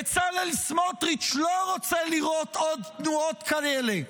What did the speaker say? בצלאל סמוטריץ' לא רוצה לראות עוד תנועות כאלה,